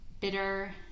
bitter